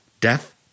death